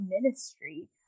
ministry